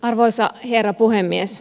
arvoisa herra puhemies